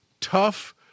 tough